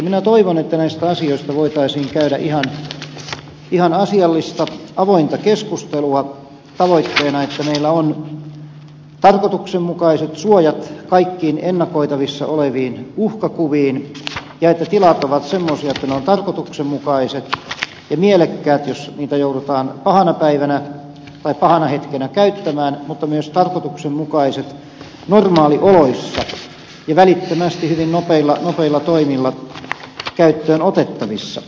minä toivon että näistä asioista voitaisiin käydä ihan asiallista avointa keskustelua tavoitteena että meillä on tarkoituksenmukaiset suojat kaikkiin ennakoitavissa oleviin uhkakuviin ja tilat ovat semmoisia että ne ovat tarkoituksenmukaiset ja mielekkäät jos niitä joudutaan pahana hetkenä käyttämään mutta myös tarkoituksenmukaiset normaalioloissa ja välittö mästi hyvin nopeilla toimilla käyttöön otettavissa